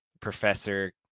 professor